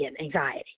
anxiety